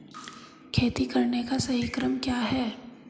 खेती करने का सही क्रम क्या है?